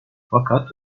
fakat